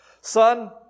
son